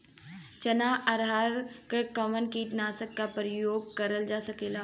चना अरहर पर कवन कीटनाशक क प्रयोग कर जा सकेला?